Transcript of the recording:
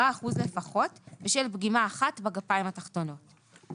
אחוזים לפחות בשל פגימה אחת בגפיים התחתונות.